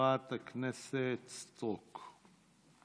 חברת הכנסת סטרוק,